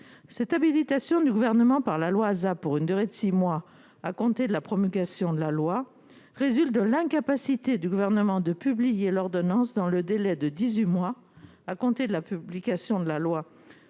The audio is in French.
cette habilitation du gouvernement par la loi pour une durée de 6 mois à compter de la promulgation de la loi résulte de l'incapacité du gouvernement de publier l'ordonnance dans le délai de 18 mois à compter de la publication de la loi